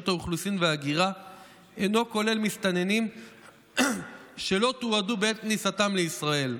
האוכלוסין וההגירה אינו כולל מסתננים שלא תועדו בעת כניסתם לישראל.